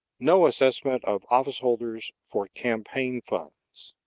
no assessment of office holders for campaign funds